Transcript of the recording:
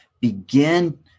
begin